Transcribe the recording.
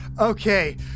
Okay